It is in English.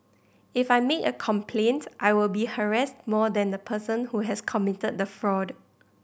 if I make a complaint I will be harassed more than the person who has committed the fraud